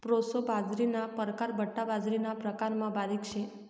proso बाजरीना परकार बठ्ठा बाजरीना प्रकारमा बारीक शे